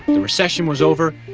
the recession was over,